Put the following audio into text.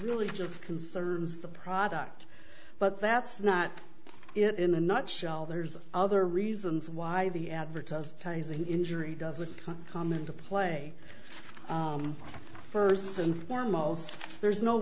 really just concerns the product but that's not it in a nutshell there's other reasons why the advertisers tasing injury doesn't come into play first and foremost there's no